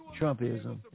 Trumpism